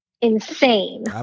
insane